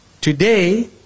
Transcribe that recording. today